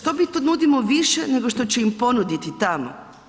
Što mi to nudimo više nego što će im ponuditi tamo?